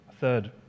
third